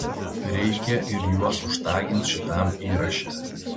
reikia ir juos užtagint šitam įraše